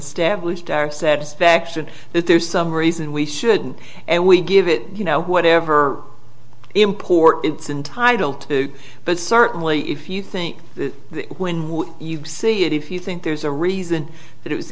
establish to our satisfaction that there's some reason we shouldn't and we give it you know whatever import it's entitle to but certainly if you think when you see it if you think there's a reason that it was